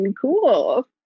Cool